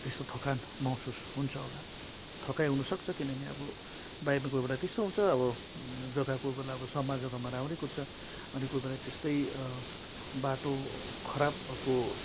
त्यस्तो थकान महसुस हुन्छ होला थकाइ हुन सक्छ किनभने अब बाइकमा कोही बेला त्यस्तै हुन्छ अब जग्गा कोही बेला अब सम्म जग्गामा राम्रै कुद्छ अनि कोही बेला त्यस्तै बाटो खराब भएको